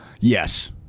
Yes